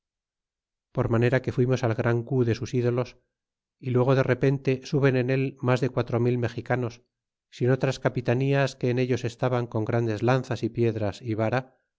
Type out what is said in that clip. por manera que fuimos al gran cu de sus idoos y luego de repente suben en él mas de quatro mil mexicanos sin otras capitanías que en ellos estaban con grandes lanzas y piedra y vara